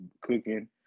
cooking